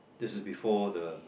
this is before the